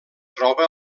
troba